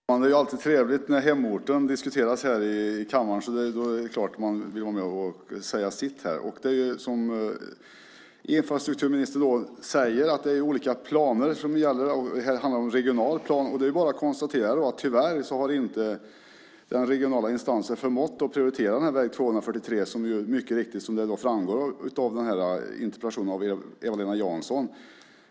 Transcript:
Herr talman! Det är alltid trevligt när hemorten diskuteras här i kammaren, så då är det klart att man vill vara med och säga sitt. Precis som infrastrukturministern säger är det olika planer som gäller. Här handlar det om en regional plan, och det är bara att konstatera att den regionala instansen tyvärr inte har förmått prioritera väg 243, vilket mycket riktigt framgår av Eva-Lena Janssons interpellation.